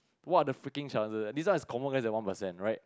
who are the freaking chances this one is confirm less than one percent right